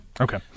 Okay